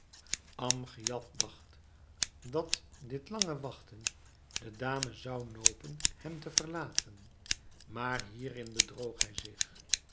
amgiad dacht dat dit lange wachten de dame zou nopen hem te verlaten maar hierin bedroog hij zich